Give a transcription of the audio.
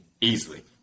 easily